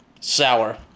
sour